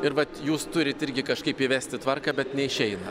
ir vat jūs turit irgi kažkaip įvesti tvarką bet neišeina